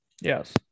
Yes